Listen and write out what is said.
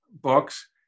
books